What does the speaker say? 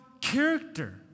character